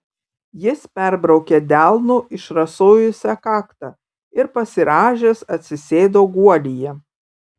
jis perbraukė delnu išrasojusią kaktą ir pasirąžęs atsisėdo guolyje